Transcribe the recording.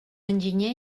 enginyer